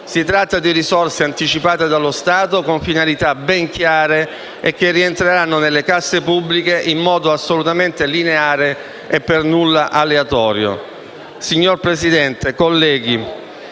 si tratta risorse anticipate dallo Stato con finalità ben chiare, che rientreranno nelle casse pubbliche in modo assolutamente lineare e per nulla aleatorio.